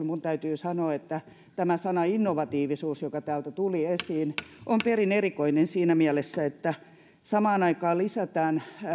minun täytyy sanoa että tämä sana innovatiivisuus joka täältä tuli esiin on perin erikoinen siinä mielessä että samaan aikaan lisätään